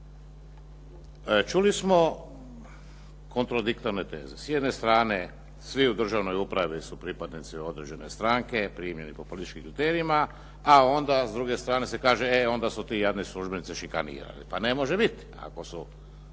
Čuli smo kontradiktorne teze. S jedne strane svi u državnoj upravi su pripadnici određene stranke primljeni po političkim kriterijima, a onda s druge strane se kaže, e onda su ti jadni službenici šikanirani. Pa ne može biti. Ako su